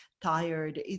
tired